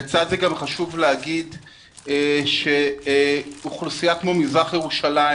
לצד זה גם חשוב לומר שאוכלוסייה כמו מזרח ירושלים